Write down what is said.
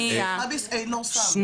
קנאביס אינו סם.